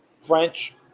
French